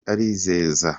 arizeza